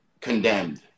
condemned